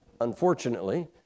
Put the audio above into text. unfortunately